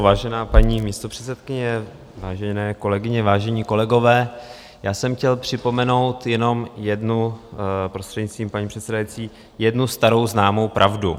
Vážená paní místopředsedkyně, vážené kolegyně, vážení kolegové, já jsem chtěl připomenout jenom jednu prostřednictvím paní předsedající starou známou pravdu.